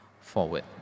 forward